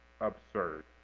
absurd